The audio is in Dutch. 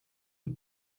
het